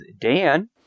Dan